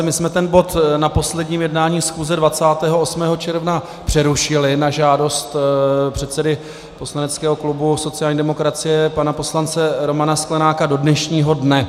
My jsme ten bod na posledním jednání schůze 28. června přerušili na žádost předsedy poslaneckého klubu sociální demokracie pana poslance Romana Sklenáka do dnešního dne.